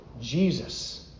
Jesus